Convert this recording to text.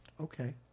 Okay